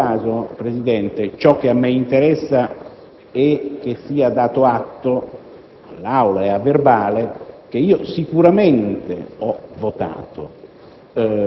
In ogni caso, Presidente, ciò che a me interessa è che sia dato atto e resti a verbale che ho sicuramente votato;